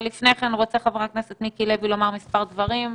לפני כן רוצה חבר הכנסת מיקי לוי לומר מספר דברים לפרוטוקול.